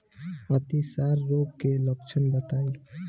अतिसार रोग के लक्षण बताई?